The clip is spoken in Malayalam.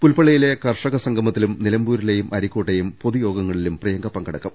പുൽപ്പള്ളിയിലെ കർഷക സംഗമത്തിലും നിലമ്പൂരിലെയും അരീക്കോട്ടെയും പൊതുയോഗങ്ങളിലും പ്രിയങ്ക പങ്കെടുക്കും